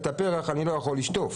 את הפרח אני לא יכול לשטוף.